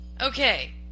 Okay